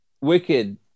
Wicked